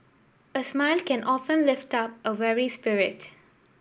a smile can often lift up a weary spirit